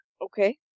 Okay